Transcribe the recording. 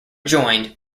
joined